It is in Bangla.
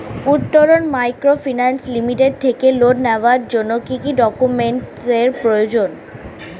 উত্তরন মাইক্রোফিন্যান্স লিমিটেড থেকে লোন নেওয়ার জন্য কি কি ডকুমেন্টস এর প্রয়োজন?